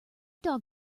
dog